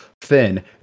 thin